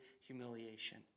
humiliation